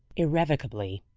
irrevocably.